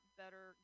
better